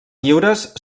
lliures